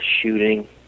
shooting